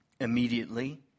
Immediately